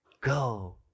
Go